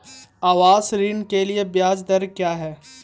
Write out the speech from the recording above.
आवास ऋण के लिए ब्याज दर क्या हैं?